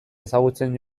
ezagutzen